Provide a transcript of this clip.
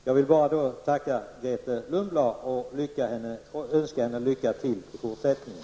Jag vill alltså tacka Grethe Lundblad, och jag önskar henne lycka till i fortsättningen.